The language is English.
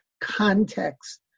context